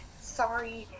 sorry